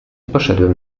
poszedłem